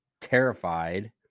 terrified